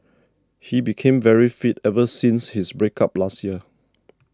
he became very fit ever since his break up last year